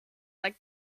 like